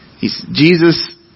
Jesus